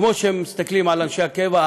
כמו שמסתכלים על אנשי הקבע,